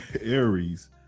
Aries